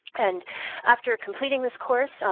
and after completing this course,